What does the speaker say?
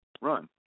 run